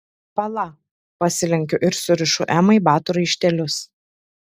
pala pasilenkiu ir surišu emai batų raištelius